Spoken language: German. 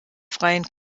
freien